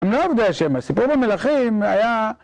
הם לא עובדי השם, הסיפור במלכים היה...